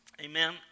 Amen